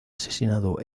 asesinado